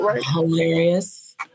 Hilarious